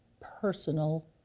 personal